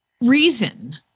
reason